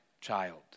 child